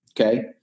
Okay